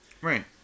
right